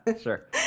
sure